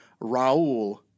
Raul